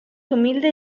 humilde